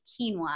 quinoa